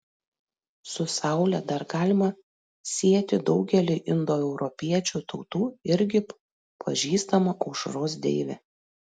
su saule dar galima sieti daugeliui indoeuropiečių tautų irgi pažįstamą aušros deivę